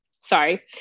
Sorry